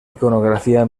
iconografia